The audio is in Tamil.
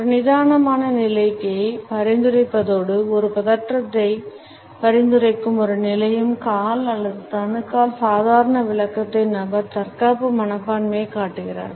ஒரு நிதானமான நிலையை பரிந்துரைப்பதோடு ஒரு பதற்றத்தை பரிந்துரைக்கும் ஒரு நிலையும் கால் அல்லது கணுக்கால் சாதாரண விளக்கத்தை நபர் தற்காப்பு மனப்பான்மையைக் காட்டுகிறார்